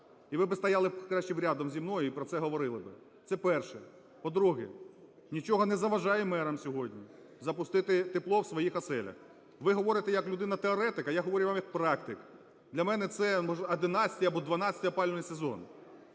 І ви би стояли краще б рядом зі мною і про це говорили би. Це перше. По-друге, нічого не заважає мерам сьогодні запустити тепло в своїх оселях. Ви говорите як людина-теоретик, а я говорю вам як практик. Для мене це 11-й або 12-й опалювальний сезон.